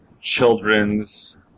children's